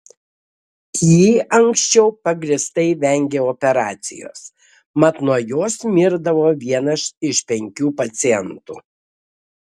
ji anksčiau pagrįstai vengė operacijos mat nuo jos mirdavo vienas iš penkių pacientų